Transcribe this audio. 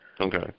Okay